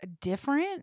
different